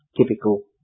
typical